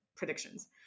Predictions